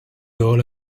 all